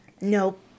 nope